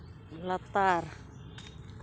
ᱞᱟᱛᱟᱨ